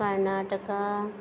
Karnataka